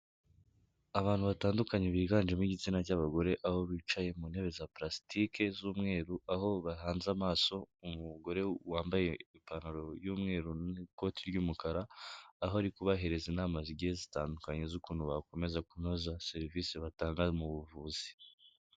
Abantu batandukanye biganjemo igitsina cy'abagore, aho bicaye mu ntebe za purasitike z'umweru, aho bahanze amaso umugore wambaye ipantaro y'umweru n'ikoti ry'umukara, aho ari kubaheriza inama zigiye zitandukanye z'ukuntu bakomeza kunoza serivise batanga mu buvuzi.